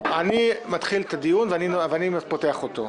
אני מתחיל את הדיון ואני פותח אותו.